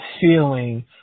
feeling